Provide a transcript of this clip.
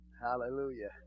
Hallelujah